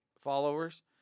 followers